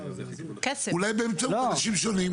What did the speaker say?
אולי באמצעות אנשים שונים?